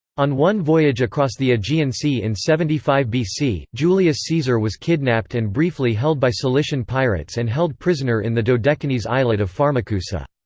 on one voyage across the aegean sea in seventy five bc, julius caesar was kidnapped and briefly held by cilician pirates and held prisoner in the dodecanese islet of pharmacusa.